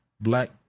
black